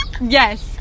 yes